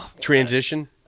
Transition